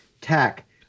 Tech